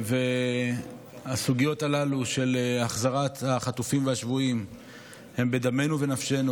הסוגיות הללו של החזרת החטופים והשבויים, הם בדמנו ובנפשנו.